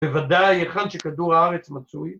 ‫בוודאי, היכן שכדור הארץ מצוי.